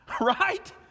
Right